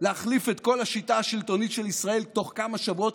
להחליף את כל השיטה השלטונית של ישראל תוך כמה שבועות,